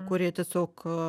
kurie tiesiog